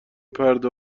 پرده